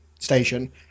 station